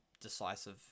decisive